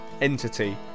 entity